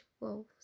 wolves